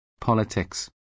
politics